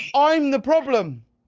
i'm the problem.